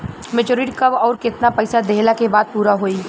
Maturity कब आउर केतना पईसा देहला के बाद पूरा होई?